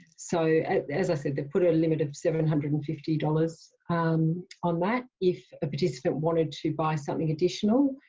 so as i said, they put a limit of seven hundred and fifty dollars um on that if a participant wanted to buy something additional,